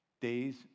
days